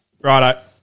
Righto